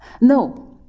No